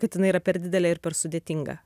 kad jinai yra per didelė ir per sudėtinga